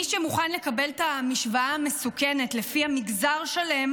מי שמוכן לקבל את המשוואה המסוכנת שלפיה מגזר שלם